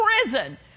prison